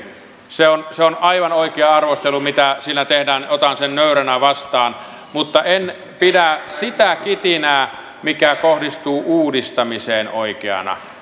se on se on aivan oikea arvostelu mitä siinä tehdään ja otan sen nöyränä vastaan mutta en pidä sitä kitinää mikä kohdistuu uudistamiseen oikeana